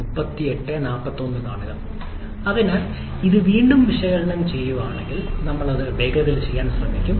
അതിനാൽ നമ്മൾ ഇത് വീണ്ടും വിശകലനം ചെയ്യുകയാണെങ്കിൽ ഞങ്ങൾ അത് വേഗത്തിൽ ചെയ്യാൻ ശ്രമിക്കും